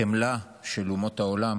החמלה של אומות העולם,